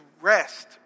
rest